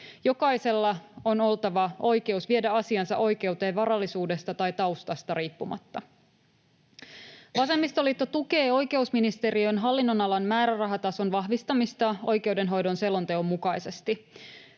Jokaisella on oltava oikeus viedä asiansa oikeuteen varallisuudesta tai taustasta riippumatta. Vasemmistoliitto tukee oikeusministeriön hallinnonalan määrärahatason vahvistamista oikeudenhoidon selonteon mukaisesti.